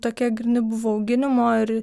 tokie gryni buvo auginimo ir